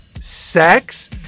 Sex